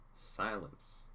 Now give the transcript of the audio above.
silence